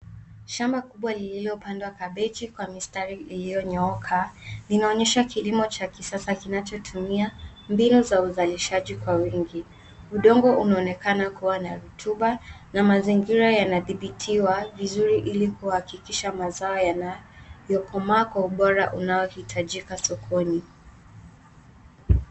Shamba kubwa lililopandwa kabeji kwa mistari iliyonyooka linaonyesha kilimo cha kisasa kinachotumia mbinu za uzalishaji kwa wingi. Udongo unaonekana kuwa na rutuba na mazingira yanadhibitiwa vizuri ili kuhakikisha mazao yanayokomaa kwa ubora unaohitajika sokoni.